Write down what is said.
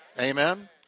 Amen